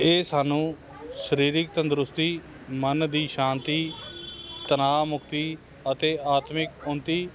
ਇਹ ਸਾਨੂੰ ਸਰੀਰਿਕ ਤੰਦਰੁਸਤੀ ਮਨ ਦੀ ਸ਼ਾਂਤੀ ਤਨਾਅ ਮੁਕਤੀ ਅਤੇ ਆਤਮਿਕ ਉੱਨਤੀ